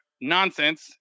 nonsense